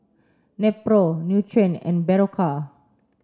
Nepro Nutren and Berocca